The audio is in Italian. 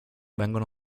vengono